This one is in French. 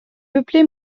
peuplée